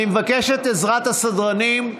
אני מבקש את עזרת הסדרנים.